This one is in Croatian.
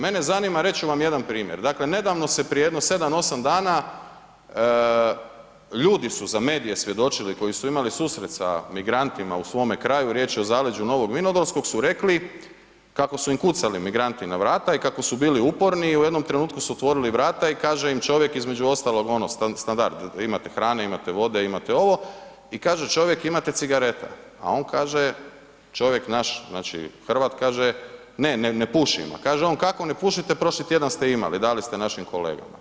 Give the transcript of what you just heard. Mene zanima, reći ću vam jedan primjer, dakle nedavno se prije jedno 7 – 8 dana ljudi su za medije svjedočili koji su imali susret sa migrantima u svome kraju riječ je o zaleđu Novog Vinodolskog su rekli kako su im kucali migranti na vrata i kako su bili uporni i u jednom trenutku su otvorili vrata i kaže im čovjek između ostalog ono standard imate hrane, imate vode, imate ovo i kaže čovjek imate cigareta, a on kaže, čovjek naš znači Hrvat kaže ne, ne pušim, a kaže on kako ne pušite prošli tjedan ste imali dali ste našim kolegama.